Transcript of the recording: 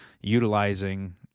utilizing